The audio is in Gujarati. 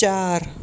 ચાર